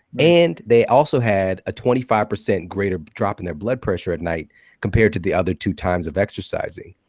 and they also had a twenty five percent greater drop in their blood pressure at night compared to the other two times of exercising.